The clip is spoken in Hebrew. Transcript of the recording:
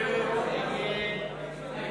והפטורים ומס